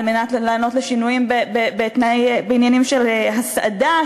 על מנת לענות על השינויים בעניינים של הסעדה,